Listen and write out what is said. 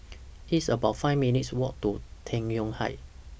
It's about five minutes' Walk to Tai Yuan Heights